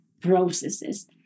processes